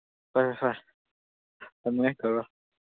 ꯍꯣꯏ ꯍꯣꯏ ꯊꯝꯃꯒꯦ ꯇꯧꯔꯣ